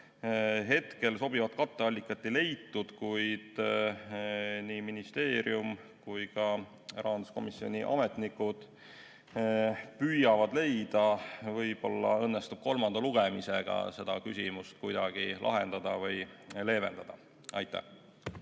Hetkel sobivat katteallikat ei leitud, kuid nii ministeerium kui ka rahanduskomisjoni ametnikud püüavad seda leida. Võib-olla õnnestub kolmandal lugemisel seda küsimust kuidagi lahendada või leevendada. Andres